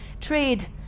Trade